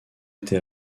été